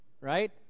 right